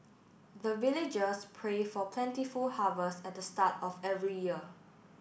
the villagers pray for plentiful harvest at the start of every year